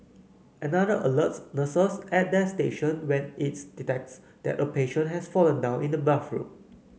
another alerts nurses at their station when it detects that a patient has fallen down in the bathroom